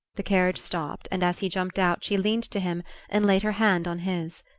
the carriage stopped, and as he jumped out she leaned to him and laid her hand on his.